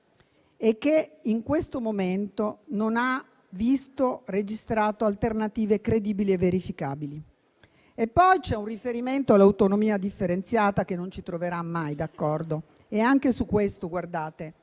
e che in questo momento non ha visto registrare alternative credibili e verificabili. E poi c'è un riferimento all'autonomia differenziata che non ci troverà mai d'accordo. Anche su questo, abbiate